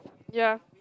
ya